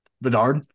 Bedard